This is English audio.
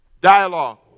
Dialogue